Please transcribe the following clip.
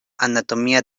anatomia